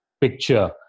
picture